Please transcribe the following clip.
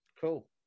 Cool